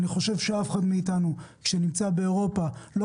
ואני חושב שאף אחד מאתנו שנמצא באירופה לא